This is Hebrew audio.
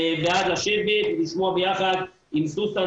עד לשבת ולשמוע ביחד עם סוסן,